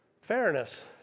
Fairness